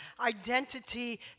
identity